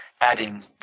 adding